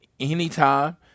anytime